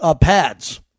pads